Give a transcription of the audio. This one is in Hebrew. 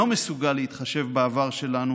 אינו מסוגל להתחשב בעבר שלנו